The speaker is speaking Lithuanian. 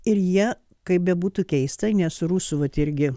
ir jie kaip bebūtų keista nes rusų vat irgi